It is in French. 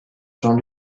jean